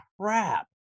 crap